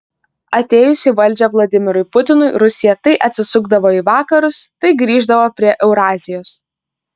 atėjus į valdžią vladimirui putinui rusija tai atsisukdavo į vakarus tai grįždavo prie eurazijos